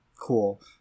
cool